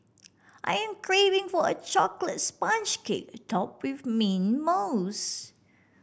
I am craving for a chocolates sponge cake topped with mint mousse